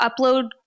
upload